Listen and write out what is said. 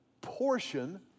portion